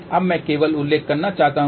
अब मैं केवल उल्लेख करना चाहता हूं